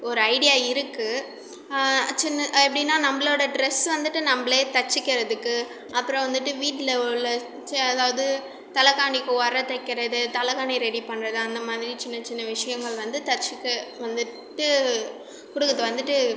ஒரு ஐடியா இருக்கு சின்ன எப்படின்னா நம்பளோட ட்ரெஸ் வந்துட்டு நம்பளே தச்சுக்கிறதுக்கு அப்புறம் வந்துவிட்டு வீட்டில் உள்ள ச்ச அதாவது தலைகாணிக்கு உற தைக்கிறது தலகாணி ரெடி பண்ணுறது அந்த மாதிரி சின்ன சின்ன விஷயங்கள் வந்து தச்சுக்க வந்துவிட்டு கொடுக்கிறது வந்துவிட்டு